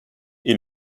est